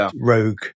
rogue